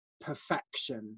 perfection